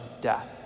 death